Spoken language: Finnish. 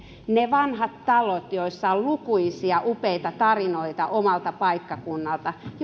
ne vanhat talot joissa on lukuisia upeita tarinoita omalta paikkakunnalta